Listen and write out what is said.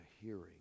hearing